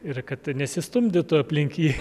ir kad nesistumdytų aplink jį